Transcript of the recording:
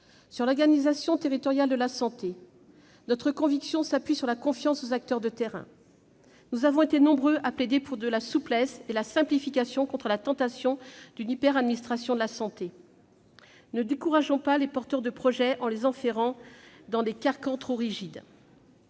de l'organisation territoriale de la santé, notre conviction s'appuie sur la confiance faite aux acteurs de terrain. Nous avons été nombreux à plaider pour la souplesse et la simplification contre la tentation d'une hyperadministration de la santé. Ne décourageons pas les porteurs de projet en les enferrant dans des carcans trop rigides.